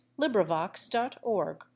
LibriVox.org